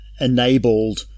enabled